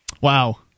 Wow